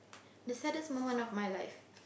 the saddest moment of my life